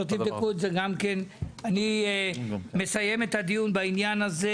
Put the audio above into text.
במקום שבו יש תכניות שיוצאות מהן דירות פתאום עוצרים,